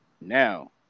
Now